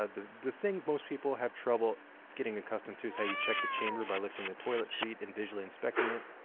ah the the thing most people have trouble getting accustomed to is how you check the chamber by lifting the toilet seat and visually inspecting it.